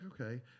okay